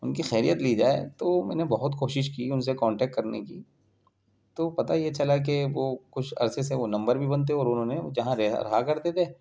ان کی خیریت لی جائے تو میں نے بہت کوشش کی ان سے کانٹیکٹ کرنے کی تو پتا یہ چلا کہ وہ کچھ عرصہ سے وہ نمبر بھی بند تھے اور انہوں نے جہاں رہا رہا کرتے تھے